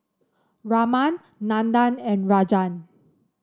Raman Nandan and Rajan